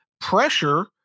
pressure